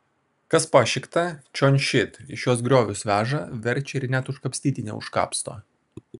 kas pašikta čion šit į šiuos griovius veža verčia ir net užkapstyti neužkapsto